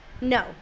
no